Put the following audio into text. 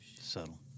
Subtle